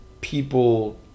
people